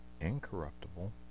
incorruptible